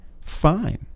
fine